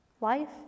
life